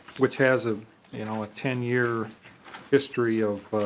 which has a you know ah ten year history of